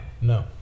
No